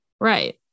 right